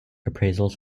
appraisals